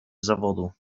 zawodu